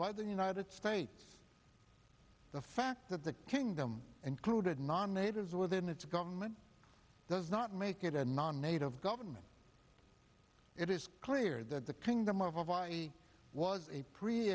by the united states the fact that the kingdom and crew did non natives within its government does not make it a non native government it is clear that the kingdom of i was a pre